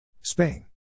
Spain